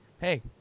Hey